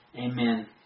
Amen